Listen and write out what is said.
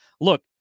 Look